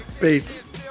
Peace